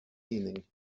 meaning